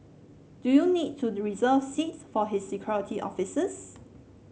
do you need to reserve seats for his security officers